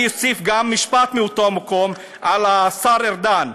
אני אוסיף גם משפט מאותו מקום, של השר ארדן.